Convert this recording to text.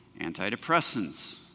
antidepressants